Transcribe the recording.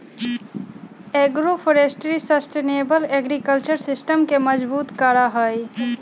agroforestry sustainable agriculture system के मजबूत करा हई